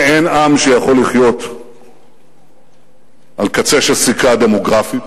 אין עם שיכול לחיות על קצה של סיכה דמוגרפית,